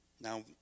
Now